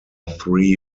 three